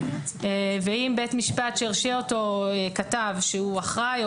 אם בית משפט שהרשיע אותו כתב שהוא אחראי או